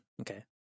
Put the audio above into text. Okay